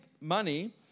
money